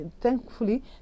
thankfully